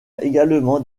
également